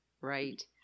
right